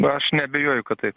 aš neabejoju kad taip